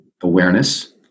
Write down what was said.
awareness